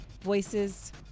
voices